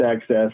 access